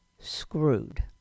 screwed